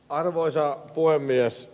arvoisa puhemies